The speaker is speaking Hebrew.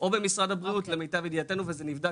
או במשרד הבריאות למיטב ידיעתנו וזה נבדק